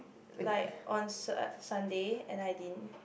like on S~ Sunday and I didn't